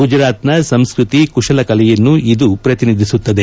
ಗುಜರಾತ್ ನ ಸಂಸ್ಕೃತಿ ಕುಶಲ ಕಲೆಯನ್ನು ಇದು ಪ್ರತಿನಿಧಿಸುತ್ತದೆ